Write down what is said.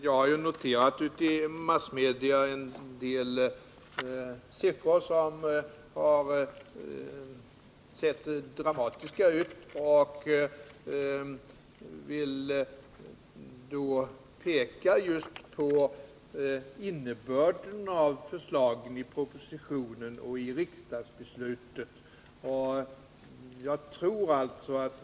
Jag har noterat en del siffror i massmedia som har sett dramatiska ut och vill därför peka just på innebörden av förslagen i propositionen och av riksdagsbeslutet.